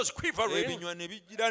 quivering